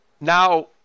Now